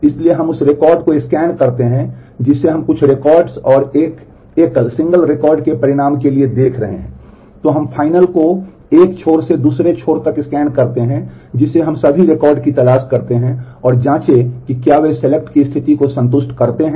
इसलिए हम उस रिकॉर्ड को स्कैन स्थिति को संतुष्ट करते हैं